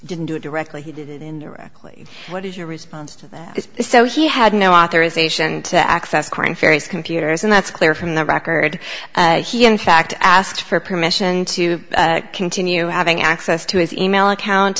didn't do it directly he did it indirectly what is your response to that so he had no authorization to access corn faeries computers and that's clear from the record and he in fact asked for permission to continue having access to his e mail account